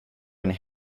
and